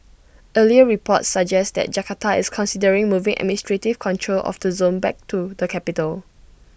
earlier reports suggest that Jakarta is considering moving administrative control of the zone back to the capital